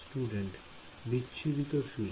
Student বিচ্ছুরিত field